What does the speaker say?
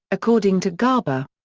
according to garber.